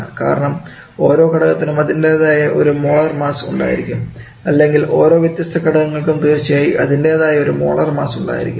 കാരണം ഓരോ ഘടകത്തിനും അതിൻറെതായ ഒരു മോളാർ മാസ്സ് ഉണ്ടായിരിക്കും അല്ലെങ്കിൽ ഓരോ വ്യത്യസ്ത ഘടകങ്ങൾക്കും തീർച്ചയായും അതിൻറെതായ ഒരു മോളാർ മാസ്സ് ഉണ്ടായിരിക്കും